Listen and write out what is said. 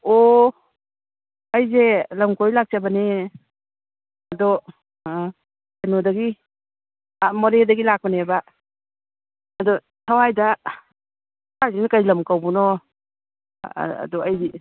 ꯑꯣ ꯑꯩꯁꯦ ꯂꯝ ꯀꯣꯏ ꯂꯥꯛꯆꯕꯅꯦ ꯑꯗꯣ ꯀꯩꯅꯣꯗꯒꯤ ꯑꯥ ꯃꯣꯔꯦꯗꯒꯤ ꯂꯥꯛꯄꯅꯦꯕ ꯑꯗꯣ ꯁ꯭ꯋꯥꯏꯗ ꯁ꯭ꯋꯥꯏꯁꯤꯅ ꯀꯩ ꯂꯝ ꯀꯧꯕꯅꯣ ꯑꯗꯨ ꯑꯩꯗꯤ